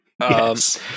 Yes